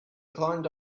climbed